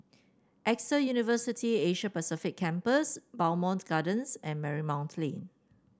AXA University Asia Pacific Campus Bowmont Gardens and Marymount Lane